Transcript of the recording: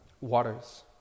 waters